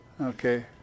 Okay